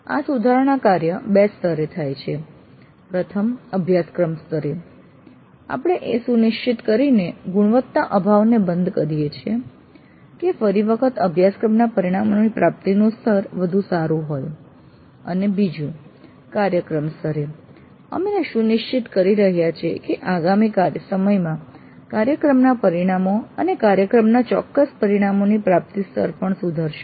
આ સુધારણા કાર્ય બે સ્તરે થાય છે અભ્યાસક્રમ સ્તરે આપણે એ સુનિશ્ચિત કરીને ગુણવત્તા અભાવને બંધ કરીએ છીએ કે ફરી વખત અભ્યાસક્રમના પરિણામોની પ્રાપ્તિનું સ્તર વધુ સારું હોય અને કાર્યક્રમ સ્તરે અમે સુનિશ્ચિત કરી રહ્યા છીએ કે આગામી સમયમાં કાર્યક્રમના પરિણામો અને કાર્યક્રમના ચોક્કસ પરિણામોની પ્રાપ્તિ સ્તર પણ સુધરશે